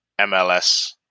MLS